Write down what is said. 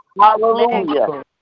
Hallelujah